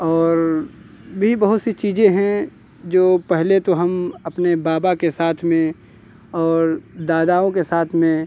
और भी बहुत सी चीज़ें हैं जो पहले तो हम अपने बाबा के साथ में और दादाओं के साथ में